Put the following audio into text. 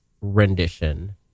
rendition